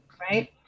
Right